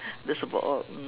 that's about all mm